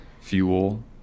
fuel